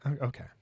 Okay